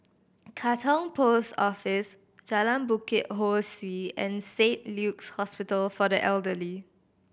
Katong Post Office Jalan Bukit Ho Swee and Saint Luke's Hospital for the Elderly